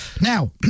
Now